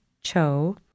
Cho